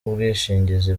ubwishingizi